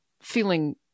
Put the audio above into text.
feeling